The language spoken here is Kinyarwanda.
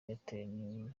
airtel